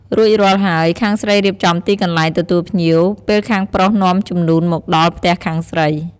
រួចរាល់ហើយ ខាងស្រីរៀបចំទីកន្លែងទទួលភ្ញៀវ ពេលខាងប្រុសនាំជំនូនមកដល់ផ្ទះខាងស្រី។